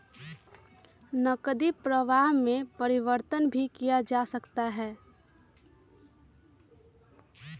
नकदी प्रवाह में परिवर्तन भी किया जा सकता है